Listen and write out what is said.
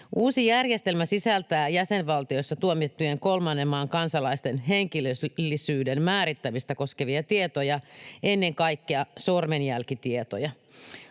Uusi järjestelmä sisältää jäsenvaltiossa tuomittujen kolmannen maan kansalaisten henkilöllisyyden määrittämistä koskevia tietoja, ennen kaikkea sormenjälkitietoja.